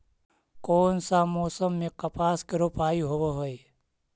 कोन सा मोसम मे कपास के रोपाई होबहय?